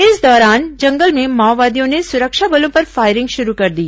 इस दौरान जंगल में माओवादियों ने सुरक्षा बलों पर फायरिंग शुरू कर दी